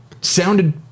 sounded